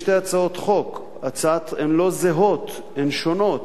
יש שתי הצעות חוק, הן לא זהות, הן שונות,